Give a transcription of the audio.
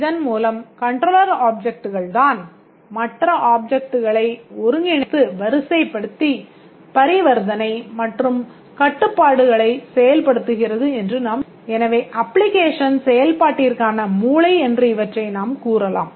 இதன் மூலம் Controller Objects தான் மற்ற ஆப்ஜெக்ட்களை ஒருங்கிணைத்து வரிசைபடுத்தி பரிவர்த்தனை மற்றும் கட்டுப்பாடுகளை செயல்படுத்துகிறது என்று நாம் கூறலாம்